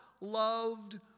loved